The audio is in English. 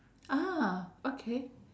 ah okay